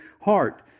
heart